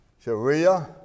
Sharia